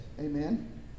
Amen